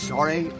Sorry